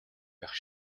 байх